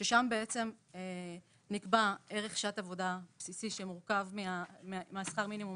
ושם נקבע ערך שעת עבודה כפי שמורכב משכר המינימום,